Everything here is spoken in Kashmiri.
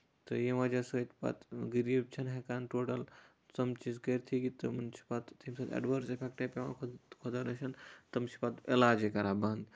تہٕ ییٚمہِ وجہ سۭتۍ پَتہٕ غریٖب چھِنہٕ ہٮ۪کان ٹوٹَل تِم چیٖز کٔرۍتھٕے کہِ تِمَن چھُ تَمہِ سۭتۍ اٮ۪ڈوٲرٕس اِفٮ۪کٹَے پٮ۪وان خُد خۄدا رٔچھِنۍ تِم چھِ پَتہٕ علاجے کران بنٛد